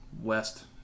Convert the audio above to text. West